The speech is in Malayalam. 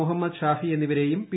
മുഹമ്മദ് ഷാഫി എന്നിവരേയും പി